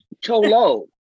Cholo